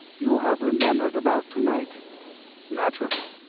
you have remembered about to-night? naturally.